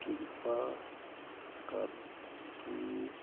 ਕਿਰਪਾ ਕਰਕੇ